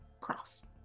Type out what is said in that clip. Cross